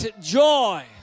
joy